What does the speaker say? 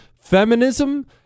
Feminism